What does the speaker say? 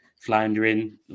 floundering